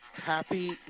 Happy